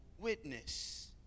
witness